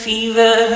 Fever